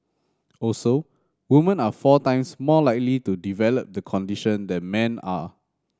also women are four times more likely to develop the condition than men are